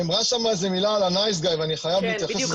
נאמרה שם איזו מילה על הנייס-גאי ואני חייב להתייחס.